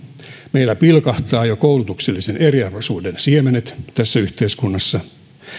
meillä pilkahtavat jo koulutuksellisen eriarvoisuuden siemenet tässä yhteiskunnassa